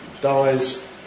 dies